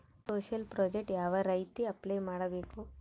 Social project ಯಾವ ರೇತಿ apply ಮಾಡಬೇಕು?